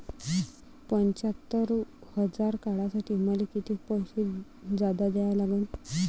पंच्यात्तर हजार काढासाठी मले कितीक पैसे जादा द्या लागन?